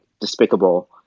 despicable